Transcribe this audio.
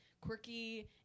quirky